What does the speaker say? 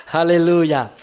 Hallelujah